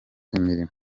imirimo